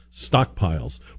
stockpiles